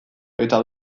eta